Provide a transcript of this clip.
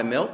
of milk